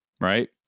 right